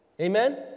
amen